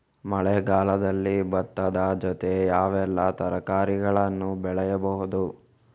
ಮಳೆಗಾಲದಲ್ಲಿ ಭತ್ತದ ಜೊತೆ ಯಾವೆಲ್ಲಾ ತರಕಾರಿಗಳನ್ನು ಬೆಳೆಯಬಹುದು?